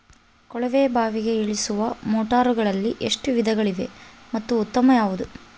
ಕೊಳವೆ ಬಾವಿಗೆ ಇಳಿಸುವ ಮೋಟಾರುಗಳಲ್ಲಿ ಎಷ್ಟು ವಿಧಗಳಿವೆ ಮತ್ತು ಉತ್ತಮ ಯಾವುದು?